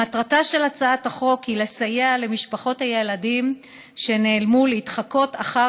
מטרתה של הצעת החוק היא לסייע למשפחות הילדים שנעלמו להתחקות אחר